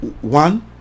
one